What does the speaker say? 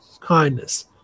kindness